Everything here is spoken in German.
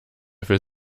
für